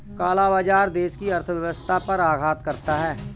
काला बाजार देश की अर्थव्यवस्था पर आघात करता है